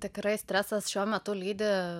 tikrai stresas šiuo metu lydi